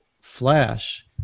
Flash